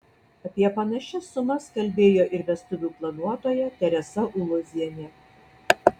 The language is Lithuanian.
apie panašias sumas kalbėjo ir vestuvių planuotoja teresa ulozienė